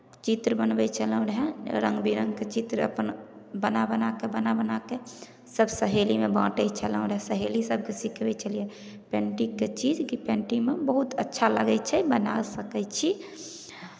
चित्र बनबै छलहुँ रहय रङ्ग बिरङ्गके चित्र अपना बना बना कऽ बना बना कऽ सभ सहेलीमे बँटै छलहुँ रहय सहेली सभकेँ सिखबै छलियै पैन्टिंगके चीज कि पेन्टिंगमे बहुत अच्छा लगै छै बना सकै छी